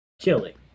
killing